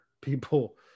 people